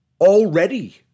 already